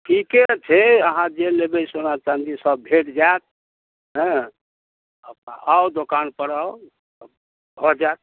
ठीके छै अहाँ जे लेबै सोना चाँदी सभ भेट जायत हँ आउ दोकानपर आउ भऽ जायत